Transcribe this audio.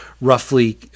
roughly